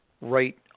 right